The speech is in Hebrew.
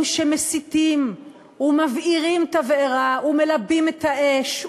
שמסיתים ומבעירים תבערה ומלבים את האש,